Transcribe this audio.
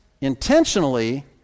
intentionally